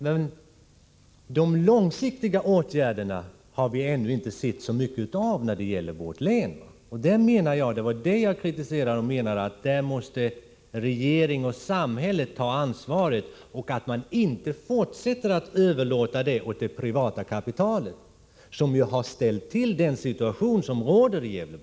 Men de långsiktiga åtgärderna har vi ännu inte sett så mycket av när det gäller vårt län. Det var det jag kritiserade, och jag menade att regeringen och samhället måste ta ansvaret och inte fortsätta att överlåta detta åt det privata kapitalet, som ju har ställt till den situation som råder i Gävleborg.